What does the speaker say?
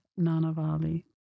Nanavali